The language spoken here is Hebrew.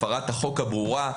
הפרת החוק הברורה,